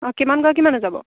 অঁ কিমানগৰাকী মানুহ যাব